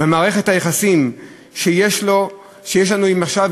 במערכת היחסים שיש לנו עכשיו,